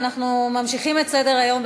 אנחנו ממשיכים בסדר-היום,